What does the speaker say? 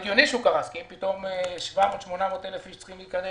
זה הגיוני שהוא קרס כי אם פתאום 800,00-700,000 אנשים צריכים להיכנס